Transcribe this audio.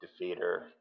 Defeater